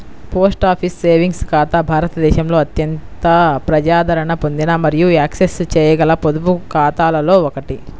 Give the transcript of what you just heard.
post office savings ఖాతా భారతదేశంలో అత్యంత ప్రజాదరణ పొందిన మరియు యాక్సెస్ చేయగల పొదుపు ఖాతాలలో ఒకటి